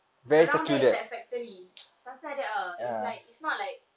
around there is like factory something like that ah like it's not like